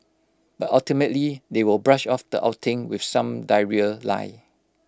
but ultimately they will brush off the outing with some diarrhoea lie